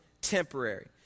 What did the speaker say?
temporary